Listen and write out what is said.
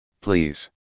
please